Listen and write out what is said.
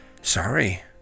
sorry